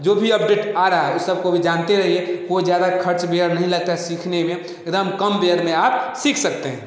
जो भी अपडेट आ रहा है वो सबको भी जानते रहिए कोई ज़्यादा खर्च वेयर नही लगता है सीखने में एकदम कम वेयर में आप सीख सकते हैं